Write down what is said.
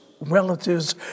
relatives